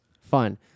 Fun